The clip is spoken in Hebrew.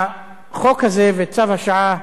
החוק הזה וצו השעה,